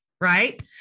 right